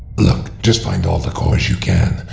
look, just find all the cores you can,